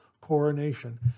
Coronation